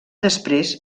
després